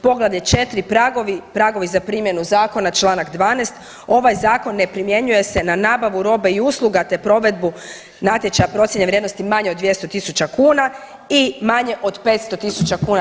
Poglavlje 4. pragovi, pragovi za primjenu zakona Članak 12. ovaj zakon ne primjenjuje se na nabavu robe i usluga te provedbu natječaja procijene vrijednosti manje od 200.000 kuna i manje od 500.000 kuna.